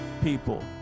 people